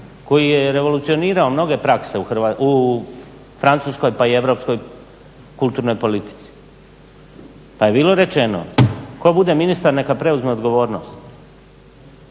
koji je revolucionirao mnoge prakse u Francuskoj pa i Europskoj kulturnoj politici. Pa je bilo rečeno tko bude ministar neka preuzme odgovornost,